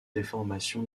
déformation